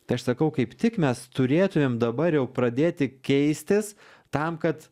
tai aš sakau kaip tik mes turėtumėm dabar jau pradėti keistis tam kad